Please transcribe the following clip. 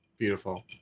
Beautiful